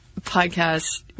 podcast